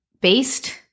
based